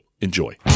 Enjoy